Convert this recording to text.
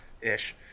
ish